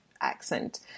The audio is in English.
accent